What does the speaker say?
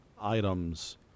items